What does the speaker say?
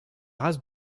race